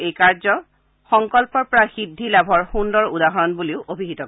এই কাৰ্যক তেওঁ সংকল্পৰ পৰা সিদ্ধি লাভৰ সুন্দৰ উদাহৰণ বুলিও অভিহিত কৰে